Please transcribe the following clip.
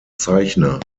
zeichner